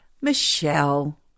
Michelle